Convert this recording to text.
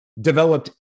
developed